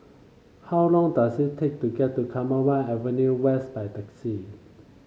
how long does it take to get to Commonweal Avenue West by taxi